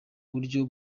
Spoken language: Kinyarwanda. buryo